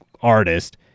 artist